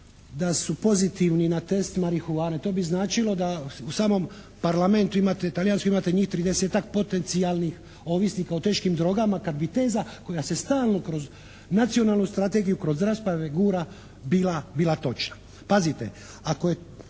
da su pozitivni na test marihuane. To bi značilo da u samom parlamentu talijanskom imate njih 30-ak potencijalnih ovisnika o teškim drogama. Kad bi teza koja se stalno kroz Nacionalnu strategiju, kroz rasprave gura bila točna. Pazite, ako je